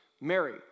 Mary